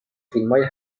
فیلمهای